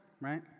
Right